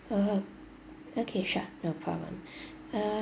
like uh okay sure no problem